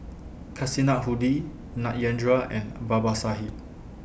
Kasinadhuni Satyendra and Babasaheb